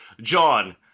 John